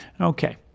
Okay